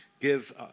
give